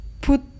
put